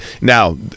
Now